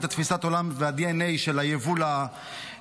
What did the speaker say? את תפיסת העולם וה-DNA של היבוא לארץ,